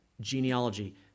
genealogy